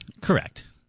Correct